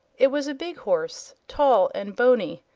it was a big horse, tall and bony,